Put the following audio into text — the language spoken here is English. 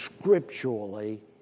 scripturally